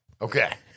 Okay